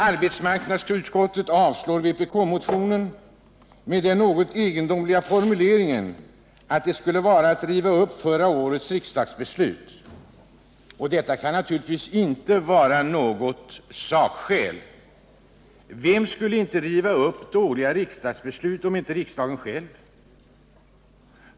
Arbetsmarknadsutskottet avstyrker vpk-motionen med den något egendomliga formuleringen att ett förverkligande av motionsförslaget skulle innebära att man rev upp förra årets riksdagsbeslut. Men detta kan rimligtvis inte vara något sakskäl. Vem skulle riva upp dåliga riksdagsbeslut om inte riksdagen själv?